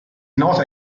nota